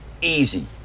easy